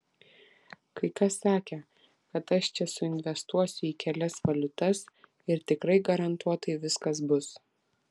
kai kas sakė kad aš čia suinvestuosiu į kelias valiutas ir tikrai garantuotai viskas bus